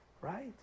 right